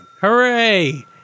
Hooray